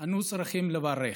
אנו צריכים לברך.